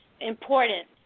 important